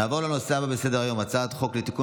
נעבור לנושא הבא בסדר-היום הצעת חוק לתיקון